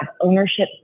ownership